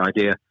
idea